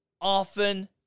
often